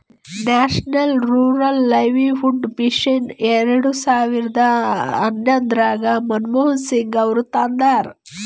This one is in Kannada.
ನ್ಯಾಷನಲ್ ರೂರಲ್ ಲೈವ್ಲಿಹುಡ್ ಮಿಷನ್ ಎರೆಡ ಸಾವಿರದ ಹನ್ನೊಂದರಾಗ ಮನಮೋಹನ್ ಸಿಂಗ್ ಅವರು ತಂದಾರ